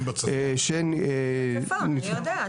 כלומר,